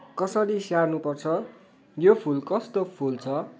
कसरी स्याहर्नु पर्छ यो फुल कस्तो फुल्छ